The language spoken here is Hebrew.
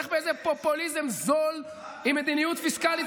והולך באיזה פופוליזם זול עם מדיניות פיסקלית